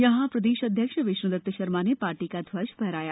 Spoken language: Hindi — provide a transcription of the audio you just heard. यहां प्रदेश अध्यक्ष विष्णूदत्त शर्मा ने पार्टी का ध्वज फहराया